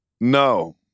No